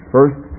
First